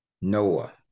Noah